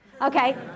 Okay